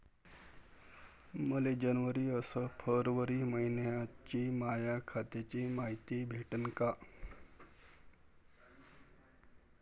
मले जनवरी अस फरवरी मइन्याची माया खात्याची मायती भेटन का?